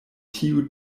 tiu